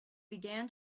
began